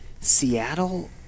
Seattle